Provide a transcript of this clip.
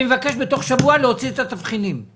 אני מבקש להוציא את התבחינים בתוך שבוע.